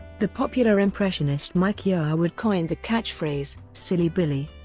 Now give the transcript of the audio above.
the popular impressionist mike yarwood coined the catchphrase silly billy,